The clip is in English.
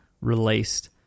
released